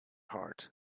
heart